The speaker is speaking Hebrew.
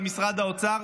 על משרד האוצר,